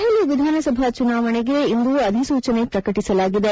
ದೆಹಲಿ ವಿಧಾನಸಭಾ ಚುನಾವಣೆಗೆ ಇಂದು ಅಧಿಸೂಚನೆಯನ್ನು ಪ್ರಕಟಿಸಲಾಗಿದೆ